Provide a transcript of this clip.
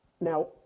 Now